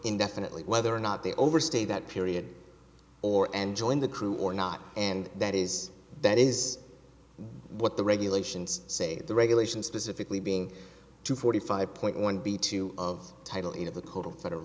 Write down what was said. indefinitely whether or not they overstay that period or and join the crew or not and that is that is what the regulations say the regulations specifically being two forty five point one b two of title